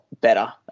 better